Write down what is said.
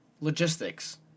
logistics